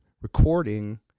recording